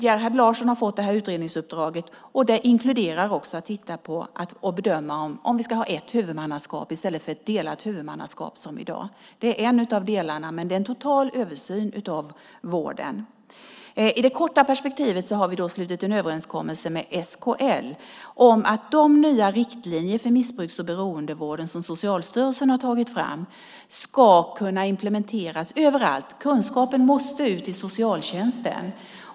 Gerhard Larsson har fått det utredningsuppdraget, och det inkluderar också att titta på och bedöma om vi ska ha ett huvudmannaskap i stället för delat huvudmannaskap som i dag. Det är en del i en total översyn av vården. I det korta perspektivet har det slutits en överenskommelse med SKL om att de nya riktlinjer för missbruks och beroendevården som Socialstyrelsen har tagit fram ska kunna implementeras överallt. Kunskapen måste ut till socialtjänsten.